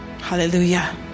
hallelujah